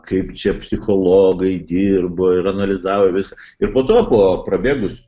kaip čia psichologai dirbo ir analizavo viską ir po to po prabėgus